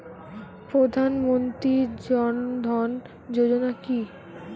প্রধান মন্ত্রী জন ধন যোজনা কি?